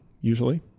usually